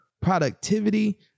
productivity